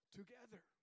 Together